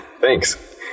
Thanks